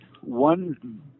one